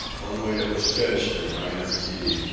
only it was pitched in minor key,